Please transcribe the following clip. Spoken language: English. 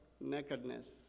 nakedness